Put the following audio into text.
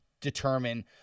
Determine